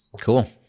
Cool